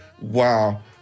wow